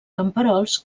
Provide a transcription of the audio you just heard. camperols